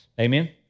Amen